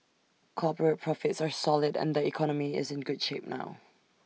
corporate profits are solid and the economy is in good shape now